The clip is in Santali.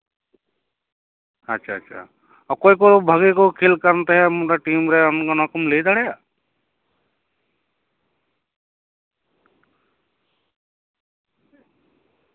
ᱟᱪᱪᱷᱟ ᱟᱪᱪᱷᱟ ᱚᱠᱚᱭᱠᱚ ᱵᱷᱟᱜᱤ ᱠᱚ ᱠᱷᱮᱹᱞ ᱠᱟᱱ ᱛᱟᱦᱮᱸᱫᱼᱟ ᱢᱚᱴᱟᱢᱩᱴᱤ ᱴᱤᱢᱨᱮ ᱚᱱᱟᱠᱤᱢ ᱞᱟᱹᱭ ᱫᱟᱲᱮᱭᱟᱜᱼᱟ